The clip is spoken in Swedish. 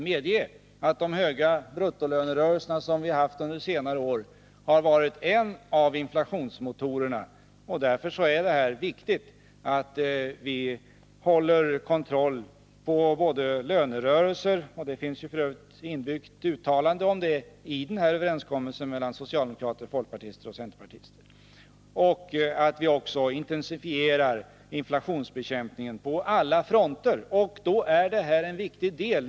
Medge att de höga bruttolönerörelserna under senare år har varit en av inflationsmotorerna! Därför är det viktigt att vi har kontroll på lönerörelserna, och det finns för övrigt inbyggt ett uttalande om det i överenskommelsen mellan socialdemokrater, folkpartister och centerpartister. Vi måste intensifiera inflationsbekämpningen på alla fronter, och då är detta en viktig del.